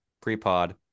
pre-pod